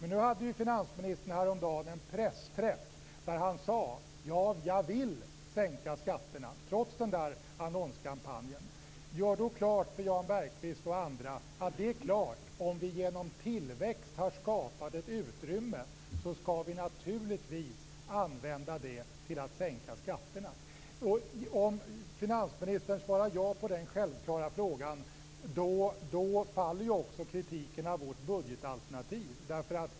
Nu hade finansministern häromdagen en pressträff där han trots den där annonskampanjen sade: Ja, jag vill sänka skatterna. Gör då klart för Jan Bergqvist och andra att om vi genom tillväxt har skapat ett utrymme skall vi naturligtvis använda det till att sänka skatterna. Om finansministern svarar ja på den självklara frågan faller också kritiken mot Folkpartiets budgetalternativ.